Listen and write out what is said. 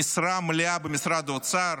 משרה מלאה במשרד האוצר,